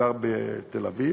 גר בתל-אביב